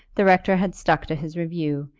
the rector had stuck to his review,